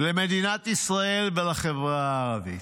למדינת ישראל ולחברה הערבית.